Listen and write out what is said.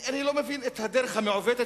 אני לא מבין את הדרך המעוותת,